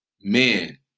men